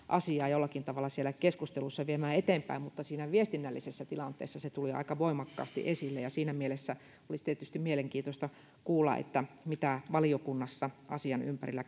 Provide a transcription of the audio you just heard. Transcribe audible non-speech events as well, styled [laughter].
[unintelligible] asiaa jollakin tavalla siellä keskusteluissa viemään eteenpäin mutta siinä viestinnällisessä tilanteessa se tuli aika voimakkaasti esille ja siinä mielessä olisi tietysti mielenkiintoista kuulla käytiinkö valiokunnassa keskustelua asian ympärillä [unintelligible]